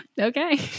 okay